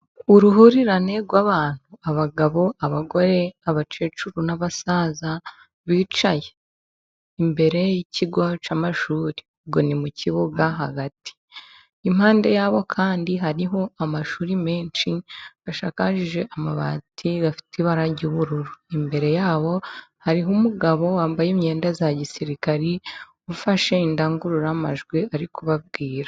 Uruhurirane rw'abantu ,abagabo ,abagore, abakecuru n'abasaza, bicaye imbere y'ikigo cy'amashuri, ubwo ni mu kibuga hagati. Impande ya bo kandi hariho amashuri menshi ashakaje amabati afite ibara ry'ubururu. Imbere ya bo hari umugabo wambaye imyenda ya gisirikari ,ufashe indangururamajwi ari kubabwira.